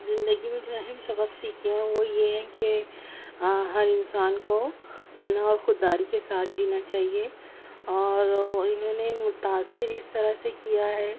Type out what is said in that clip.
زندگی میں جو اہم سبق سیکھے ہیں وہ یہ ہیں کہ ہر انسان کو انّا اور خوداری کے ساتھ جینا چاہیے اور اِنہوں نے متأثر اِس طرح سے کیا ہے